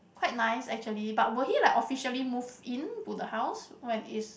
quite nice actually but will he like officially move into the house when it's